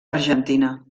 argentina